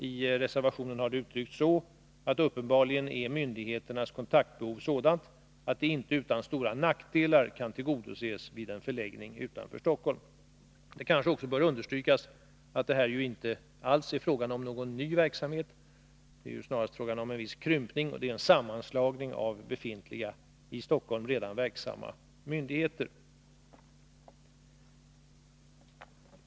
I reservationen har det uttryckts så, att myndigheternas kontaktbehov uppenbarligen är sådant att det inte utan stora nackdelar kan tillgodoses vid en förläggning utanför Stockholm. Det kanske också bör understrykas att det här inte är fråga om någon ny verksamhet. Det är snarast fråga om en viss krympning. Det är en sammanslagning av befintliga, redan i Stockholm verksamma myndigheter.